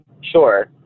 Sure